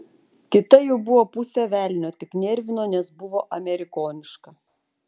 kita jau buvo pusė velnio tik nervino nes buvo amerikoniška